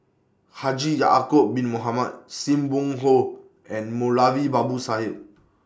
Haji Ya'Acob Bin Mohamed SIM Wong Hoo and Moulavi Babu Sahib